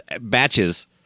batches